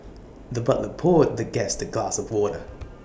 the butler poured the guest A glass of water